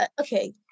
Okay